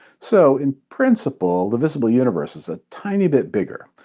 so, in principle, the visible universe is a tiny bit bigger.